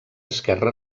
esquerra